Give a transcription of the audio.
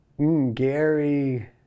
Gary